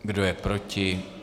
Kdo je proti?